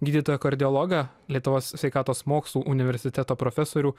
gydytoją kardiologą lietuvos sveikatos mokslų universiteto profesorių